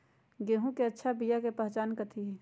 गेंहू के अच्छा बिया के पहचान कथि हई?